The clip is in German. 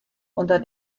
unter